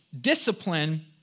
discipline